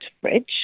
fridge